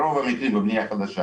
ברוב המקרים מדובר בבנייה חדשה